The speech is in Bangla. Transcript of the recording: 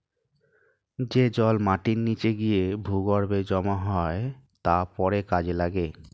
যে জল মাটির নিচে গিয়ে ভূগর্ভে জমা হয় তা পরে কাজে লাগে